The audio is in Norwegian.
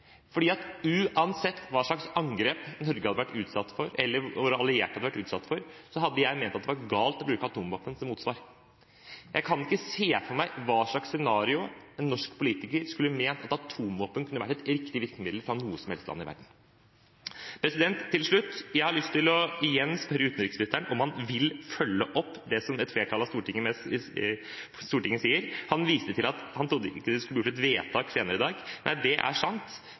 uansett hva slags angrep Norge, eller våre allierte, hadde vært utsatt for, hadde jeg ment at det var galt å bruke atomvåpen som motsvar. Jeg kan ikke se for meg for hva slags scenario en norsk politiker skulle ment at atomvåpen kunne være et riktig virkemiddel, fra noe som helst land i verden. Helt til slutt: Jeg har lyst til igjen å spørre utenriksministeren om han vil følge opp det som et flertall av Stortinget sier: Han viste til at han trodde ikke det skulle bli gjort et vedtak senere i dag. Nei, det er sant.